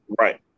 Right